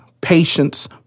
patience